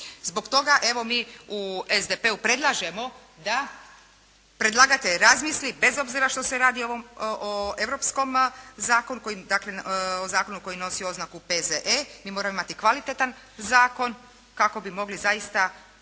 Zbog toga evo mi u SDP-u predlažemo da predlagatelj razmisli bez obzira što se radi o europskom zakonu, dakle o zakonu koji nosi oznaku P.Z.E. Mi moramo imati kvalitetan zakon, kako bi mogli zaista